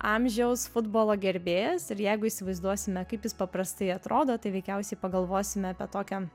amžiaus futbolo gerbėjas ir jeigu įsivaizduosime kaip jis paprastai atrodo tai veikiausiai pagalvosime apie tokio